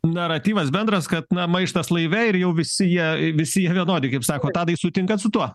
naratyvas bendras kad na maištas laive ir jau visi jie visi jie vienodi kaip sako tadai sutinkat su tuo